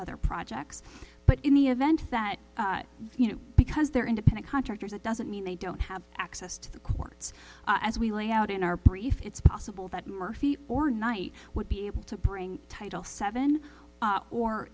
other projects but in the event that you know because they're independent contractors it doesn't mean they don't have access to the courts as we lay out in our brief it's possible that murphy or knight would be able to bring title seven